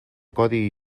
codi